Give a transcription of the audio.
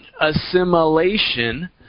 assimilation